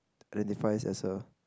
identifies as a